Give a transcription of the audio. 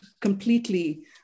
completely